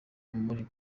muri